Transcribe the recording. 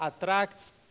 attracts